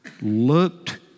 looked